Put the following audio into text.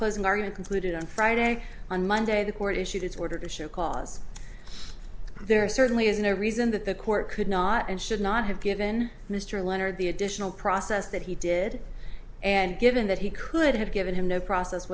closing argument concluded on friday on monday the court issued its order to show cause there certainly isn't a reason that the court could not and should not have given mr leonard the additional process that he did and given that he could have given him no process